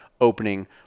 opening